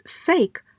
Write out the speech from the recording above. fake